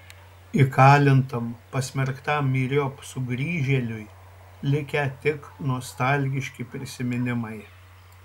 įkalintam pasmerktam myriop sugrįžėliui likę tik nostalgiški prisiminimai